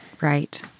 right